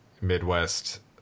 Midwest